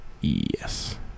Yes